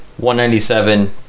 197